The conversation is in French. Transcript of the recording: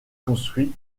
construit